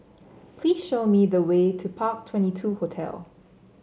please show me the way to Park Twenty two Hotel